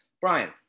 Brian